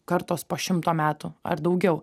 kartos po šimto metų ar daugiau